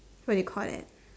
what do you call that